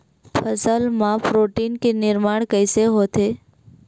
फसल मा प्रोटीन के निर्माण कइसे होथे?